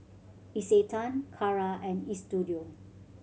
Isetan Kara and Istudio